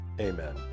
amen